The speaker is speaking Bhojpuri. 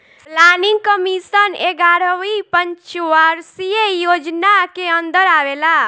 प्लानिंग कमीशन एग्यारहवी पंचवर्षीय योजना के अन्दर आवेला